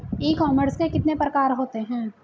ई commerce के कितने प्रकार होते हैं?